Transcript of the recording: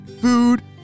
food